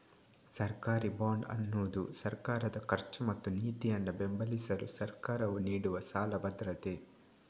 ಸರ್ಕಾರಿ ಬಾಂಡ್ ಅನ್ನುದು ಸರ್ಕಾರದ ಖರ್ಚು ಮತ್ತು ನೀತಿಯನ್ನ ಬೆಂಬಲಿಸಲು ಸರ್ಕಾರವು ನೀಡುವ ಸಾಲ ಭದ್ರತೆ